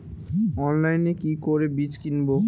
অনলাইনে কি করে বীজ কিনব?